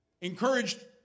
Encouraged